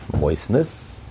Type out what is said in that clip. moistness